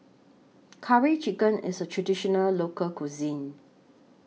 Curry Chicken IS A Traditional Local Cuisine